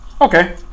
Okay